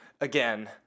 again